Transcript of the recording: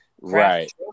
right